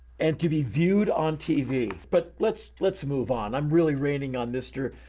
and to be viewed on tv, but let's let's move on. i'm really raining on mister.